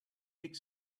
thick